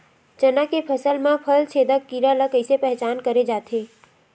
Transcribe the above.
चना के फसल म फल छेदक कीरा ल कइसे पहचान करे जाथे?